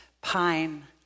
pine